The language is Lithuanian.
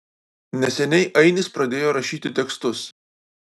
neseniai ainis pradėjo rašyti tekstus